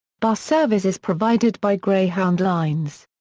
bus service is provided by greyhound lines.